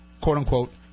quote-unquote